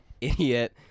Idiot